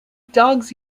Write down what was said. dogs